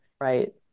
Right